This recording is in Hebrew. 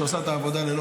שעושה את העבודה,